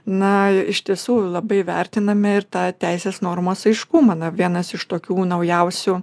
na iš tiesų labai vertiname ir tą teisės normos aiškumą na vienas iš tokių naujausių